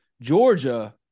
Georgia